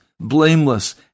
blameless